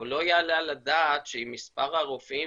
אבל לא יעלה על הדעת שעם מספר הרופאים